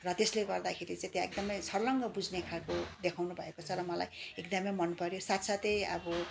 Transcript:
र त्यसले गर्दाखेरि चाहिँ त्यहाँ एकदमै छर्लङै बुझ्नने खालको देखाउनु भएको छ र मलाई एकदमै मनपऱ्यो साथसाथै अब